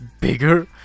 bigger